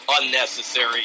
unnecessary